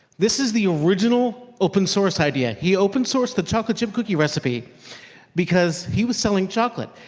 this is the original open-source idea. he open-sourced the chocolate chip cookie recipe because he was selling chocolate,